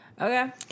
Okay